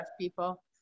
people